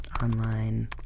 Online